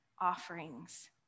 offerings